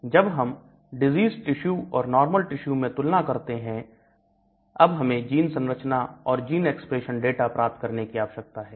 जब हम disease tissue और नॉर्मल टिश्यू में तुलना करते हैं अब हमें जीन संरचनाऔर जीन एक्सप्रेशन डाटा प्राप्त करने की आवश्यकता है